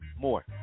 more